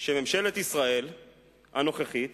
שממשלת ישראל הנוכחית